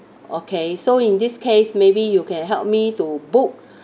okay so in this case maybe you can help me to book